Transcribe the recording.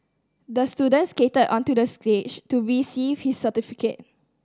the student skated onto the stage to receive his certificate